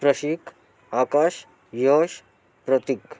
Prashik Akash Yash Pratik